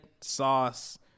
sauce